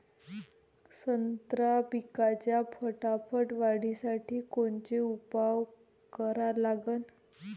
संत्रा पिकाच्या फटाफट वाढीसाठी कोनचे उपाव करा लागन?